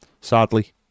Sadly